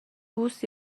بوس